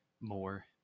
more